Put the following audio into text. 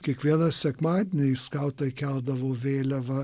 kiekvieną sekmadienį skautai keldavo vėliavą